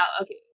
Okay